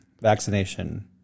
vaccination